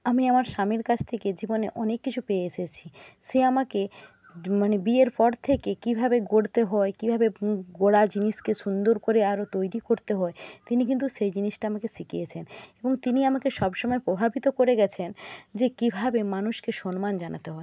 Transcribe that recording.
আমি আমার স্বামীর কাছ থেকে জীবনে অনেক কিছু পেয়ে এসেছি সে আমাকে মানে বিয়ের পর থেকে কীভাবে গড়তে হয় কীভাবে গড়া জিনিসকে সুন্দর করে আরো তৈরি করতে হয় তিনি কিন্তু সেই জিনিসটা আমাকে শিখিয়েছেন এবং তিনি আমাকে সবসময় প্রভাবিত করে গেছেন যে কীভাবে মানুষকে সম্মান জানাতে হয়